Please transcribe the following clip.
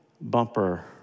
Bumper